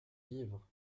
livres